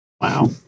Wow